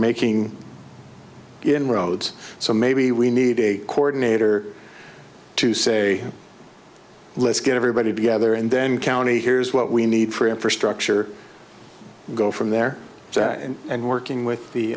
making inroads so maybe we need a coordinator to say let's get everybody together and then county here's what we need for infrastructure go from there and working with the